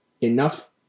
enough